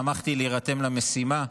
שמחתי להירתם למשימה.